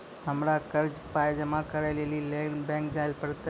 हमरा कर्जक पाय जमा करै लेली लेल बैंक जाए परतै?